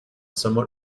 somewhat